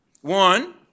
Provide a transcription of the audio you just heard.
One